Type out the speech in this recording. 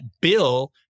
bill